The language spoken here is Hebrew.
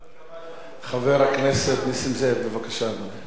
חבר הכנסת נסים זאב, בבקשה, אדוני.